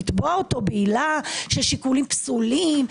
לתבוע אותו בעילה ששיקולים פסולים,